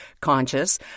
conscious